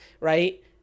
right